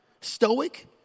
Stoic